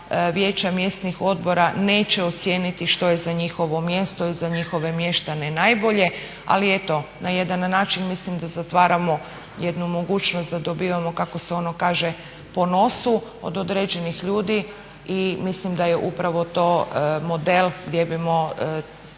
vijeća mjesnih odbora neće ocijeniti što je za njihovo mjesto i za njihove mještane najbolje, ali eto na jedan način mislim da zatvaramo jednu mogućnost da dobivamo kako se ono kaže po nosu od određenih ljudi i mislim da je upravo to model gdje bimo